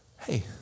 Hey